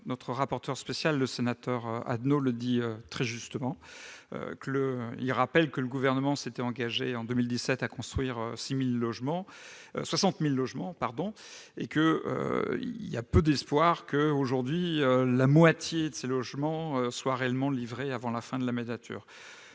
Notre rapporteur spécial Philippe Adnot a rappelé, très justement, que le Gouvernement s'était engagé en 2017 à construire 60 000 logements et qu'il y a peu d'espoir que la moitié de ces logements soient réellement livrés avant la fin de la mandature.